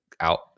out